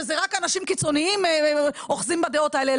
שזה רק אנשים קיצוניים אוחזים בדעות האלה.